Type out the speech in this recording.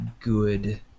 good